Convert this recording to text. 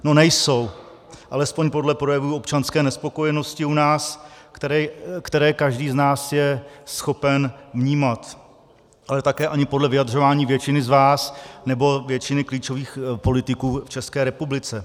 No nejsou, alespoň podle projevů občanské nespokojenosti u nás, které každý z nás je schopen vnímat, ale také ani podle vyjadřování většiny z vás nebo většiny klíčových politiků v České republice.